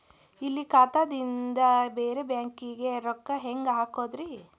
ಇಲ್ಲಿ ಖಾತಾದಿಂದ ಬೇರೆ ಬ್ಯಾಂಕಿಗೆ ರೊಕ್ಕ ಹೆಂಗ್ ಹಾಕೋದ್ರಿ?